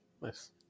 nice